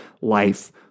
life